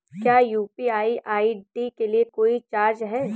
क्या UPI ID के लिए कोई चार्ज है?